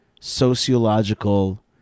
sociological